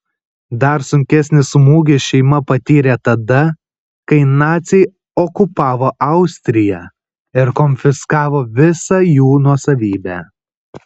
dar sunkesnį smūgį šeima patyrė tada kai naciai okupavo austriją ir konfiskavo visą jų nuosavybę